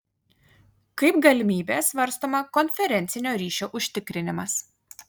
kaip galimybė svarstoma konferencinio ryšio užtikrinimas